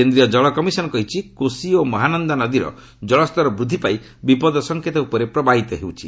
କେନ୍ଦ୍ରୀୟ ଜଳ କମିଶନ କହିଛି କୋଶି ଓ ମହାନନ୍ଦା ନଦୀର କଳସ୍ତର ବୃଦ୍ଧିପାଇ ବିପଦ ସଙ୍କେତ ଉପରେ ପ୍ରବାହିତ ହେଉଛି